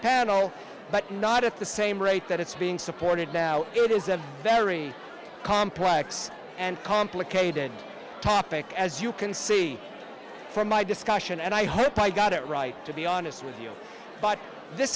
panel but not at the same rate that it's being supported now it is a very complex and complicated topic as you can see from my discussion and i hope i got it right to be honest with you but this